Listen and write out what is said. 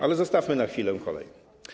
Ale zostawmy na chwilę kolej.